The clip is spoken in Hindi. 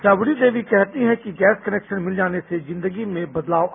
शबरी देवी कहती हैं कि गैस कनेक्शन मिल जाने से जिंदगी में बदलाव आया है